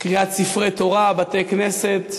קריעת ספרי תורה, בתי-כנסת.